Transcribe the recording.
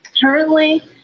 Currently